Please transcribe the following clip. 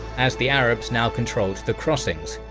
as the arabs now controlled the crossings,